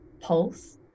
pulse